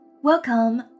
Welcome